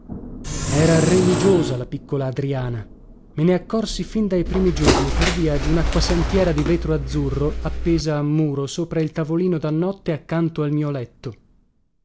era religiosa la piccola adriana me ne accorsi fin dai primi giorni per via di unacquasantiera di vetro azzurro appesa a muro sopra il tavolino da notte accanto al mio letto